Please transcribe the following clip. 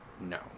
no